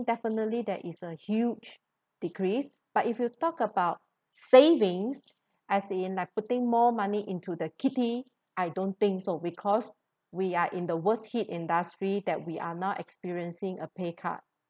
definitely there is a huge decrease but if you talk about savings as in like putting more money into the kitty I don't think so because we are in the worst hit industry that we are now experiencing a pay cut